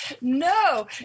No